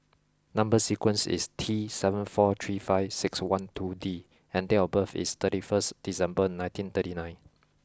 number sequence is T seven four three five six one two D and date of birth is thirty first December nineteen thirty nine